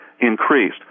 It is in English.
increased